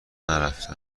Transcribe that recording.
نرفته